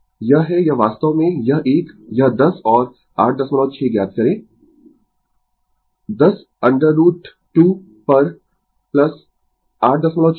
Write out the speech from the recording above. यह है यह वास्तव में यह एक यह 10 और 86 ज्ञात करें 10 2√ पर866 2 वह देगा माना 1323